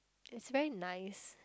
it's very nice